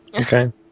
Okay